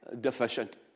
deficient